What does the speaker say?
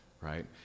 right